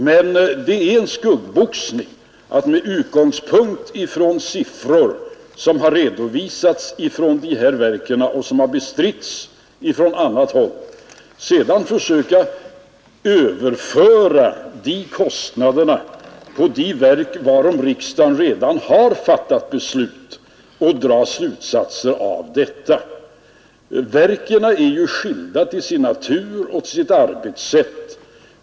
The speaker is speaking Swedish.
Men det är skuggboxning att, med utgångspunkt i siffror som har redovisats från de här verken och som har bestritts ifrån annat håll, försöka överföra de kostnaderna på de verk som riksdagen redan har fattat beslut om och dra slutsatser av detta. Verken är ju skilda till sin natur och sitt arbetssätt.